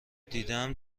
دیدم